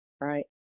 right